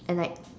and like